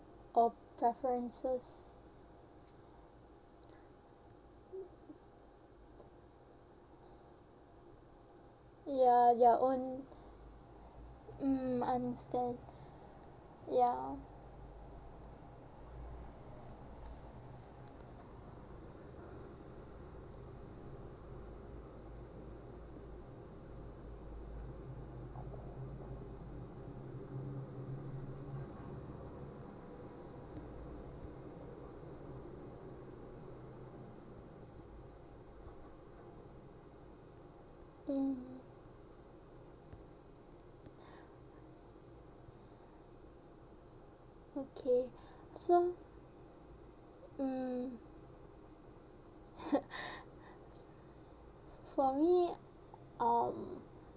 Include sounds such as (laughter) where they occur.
or preferences (noise) ya your own mm understand ya mm (noise) okay so mm (laughs) (noise) for me (um)q